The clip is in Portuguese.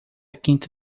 quinta